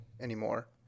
anymore